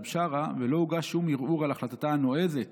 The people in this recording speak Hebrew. בשארה ולא הוגש שום ערעור על החלטתה הנועזת